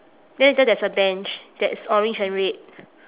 then later there's a bench that's orange and red